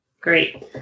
Great